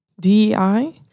DEI